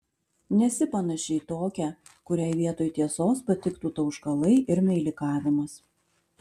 nesi panaši į tokią kuriai vietoj tiesos patiktų tauškalai ir meilikavimas